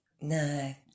No